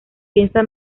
piensa